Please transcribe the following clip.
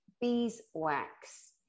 beeswax